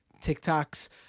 tiktok's